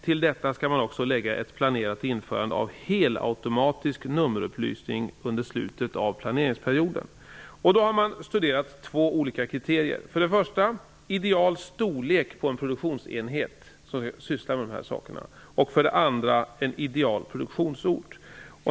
Till detta skall man också lägga ett planerat införande av helautomatisk nummerupplysning under slutet av planeringsperioden. Man har studerat två olika kriterier. Det första kriteriet är den ideala storleken på en produktionsenhet som sysslar med dessa saker. Det andra kriteriet är en ideal produktionsort.